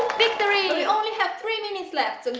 victory! only have three minutes left